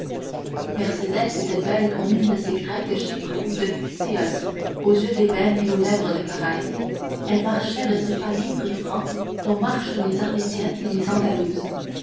mercédès était belle comme une de ces grecques de chypre ou de céos aux yeux d'ébène et aux lèvres de corail elle marchait de ce pas libre et franc dont marchent les arlésiennes et les andalouses